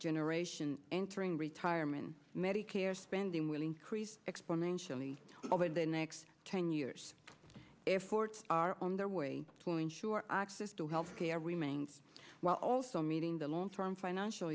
generation entering retirement medicare spending will increase exponentially over the next ten years if wards are on their way to ensure access to health care remains while also meeting the long term financial